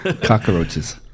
Cockroaches